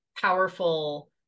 powerful